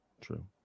true